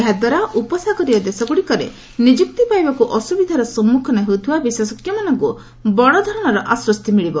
ଏହାଦ୍ୱାରା ଉପସାଗରୀୟ ଦେଶଗୁଡ଼ିକରେ ନିଯୁକ୍ତି ପାଇବାକୁ ଅସ୍କବିଧାର ସମ୍ମୁଖୀନ ହେଉଥିବା ବିଶେଷଜ୍ଞମାନଙ୍କୁ ବଡ଼ ଧରଣର ଆଶ୍ୱସ୍ତି ମିଳିବ